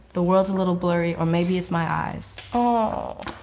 the world's a little blurry, or maybe it's my eyes. ohh,